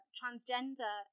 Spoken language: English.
transgender